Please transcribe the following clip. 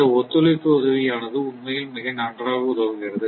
இந்த ஒத்துழைப்பு உதவி ஆனது உண்மையில் மிக நன்றாக உதவுகிறது